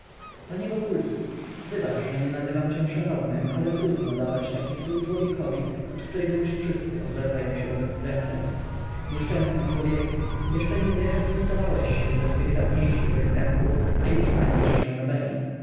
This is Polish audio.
panie wokulski wybacz że nie nazywam cię szanownym ale trudno dawać taki tytuł człowiekowi od którego już wszyscy odwracają się ze wstrętem nieszczęsny człowieku jeszcze nie zrehabilitowałeś się ze swych dawniejszych występków a już hańbisz się nowemi